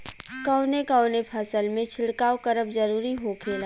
कवने कवने फसल में छिड़काव करब जरूरी होखेला?